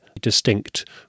distinct